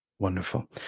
Wonderful